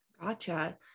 Gotcha